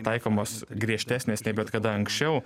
taikomos griežtesnės nei bet kada anksčiau